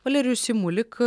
valerijus simulik